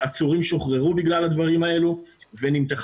עצורים שוחררו בגלל הדברים האלה ונמתחה